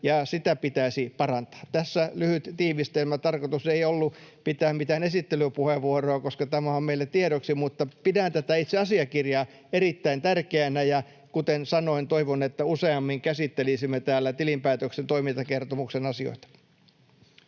ja sitä pitäisi parantaa. Tässä lyhyt tiivistelmä. Tarkoitus ei ollut pitää mitään esittelypuheenvuoroa, koska tämä on meille tiedoksi, mutta pidän tätä itse asiakirjaa erittäin tärkeänä. Ja kuten sanoin, toivon, että useammin käsittelisimme täällä tilinpäätöksen toimintakertomuksen asioita.